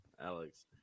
Alex